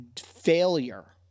failure